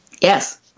Yes